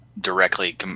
directly